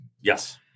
Yes